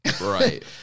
Right